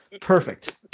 Perfect